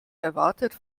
erwartet